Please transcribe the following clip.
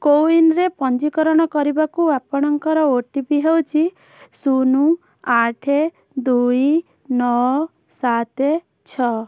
କୋୱିନ୍ରେ ପଞ୍ଜୀକରଣ କରିବାକୁ ଆପଣଙ୍କର ଓ ଟି ପି ହେଉଛି ଶୂନ ଆଠ ଦୁଇ ନଅ ସାତ ଛଅ